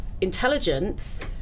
intelligence